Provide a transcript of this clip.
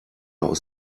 aus